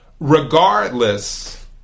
Regardless